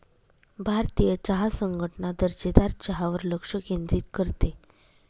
भारतीय चहा संघटना दर्जेदार चहावर लक्ष केंद्रित करते